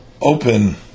open